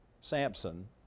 samson